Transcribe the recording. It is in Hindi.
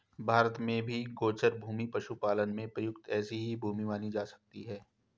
भारत में भी गोचर भूमि पशुपालन में प्रयुक्त ऐसी ही भूमि मानी जा सकती है